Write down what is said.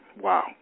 Wow